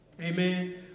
Amen